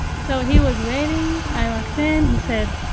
so he was waiting, i walked in, he said,